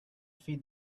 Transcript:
feed